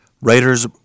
writers